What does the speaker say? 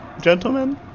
Gentlemen